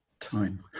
time